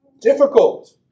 Difficult